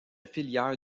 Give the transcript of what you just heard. filière